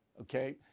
okay